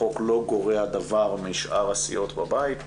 החוק לא גורע דבר משאר הסיעות בבית,